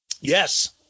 Yes